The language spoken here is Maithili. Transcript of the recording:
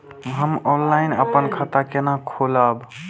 हम ऑनलाइन अपन खाता केना खोलाब?